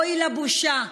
אוי לבושה,